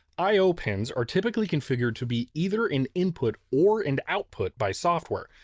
i o pins are typically configured to be either an input or an output by software.